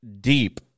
deep